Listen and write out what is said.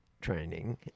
training